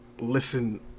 listen